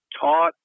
taught